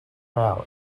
out